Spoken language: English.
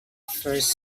first